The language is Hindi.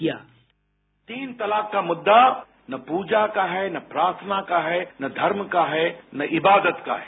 साउंड बाईट तीन तलाक का मुद्दा न पूजा का है न प्रार्थना का है न धर्म का है न इबादत का है